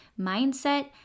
mindset